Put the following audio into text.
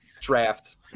draft